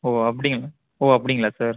ஓஹோ அப்படிங்களா ஓ அப்படிங்களா சார்